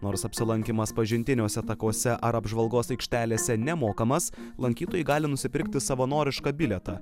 nors apsilankymas pažintiniuose takuose ar apžvalgos aikštelėse nemokamas lankytojai gali nusipirkti savanorišką bilietą